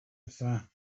فهم